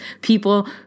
people